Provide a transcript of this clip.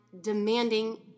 demanding